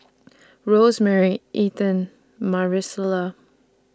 Rosemary Ethen Marisela